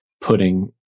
putting